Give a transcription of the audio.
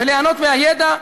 וליהנות מהידע,